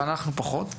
אבל אנחנו פחות.